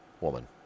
woman